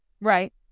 Right